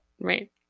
Right